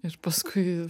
ir paskui